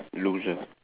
loser